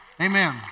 Amen